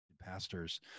pastors